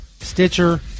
Stitcher